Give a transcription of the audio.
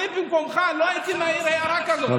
אני במקומך לא הייתי מעיר הערה כזאת.